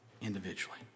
Individually